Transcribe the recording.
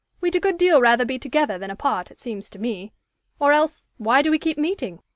we'd a good deal rather be together than apart, it seems to me or else, why do we keep meeting?